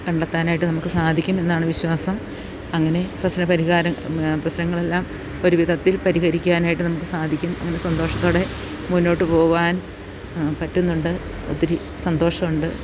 കണ്ടെത്താനായിട്ട് നമുക്ക് സാധിക്കും എന്നാണ് വിശ്വാസം അങ്ങനെ പ്രശ്നം പരിഹാരം പ്രശ്നങ്ങളെല്ലാം ഒരുവിധത്തിൽ പരിഹരിക്കാനായിട്ട് നമുക്ക് സാധിക്കും അങ്ങനെ സന്തോഷത്തോടെ മുന്നോട്ട് പോകുവാൻ പറ്റുന്നുണ്ട് ഒത്തിരി സന്തോഷം ഉണ്ട്